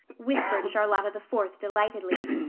whispered charlotta the fourth delightedly.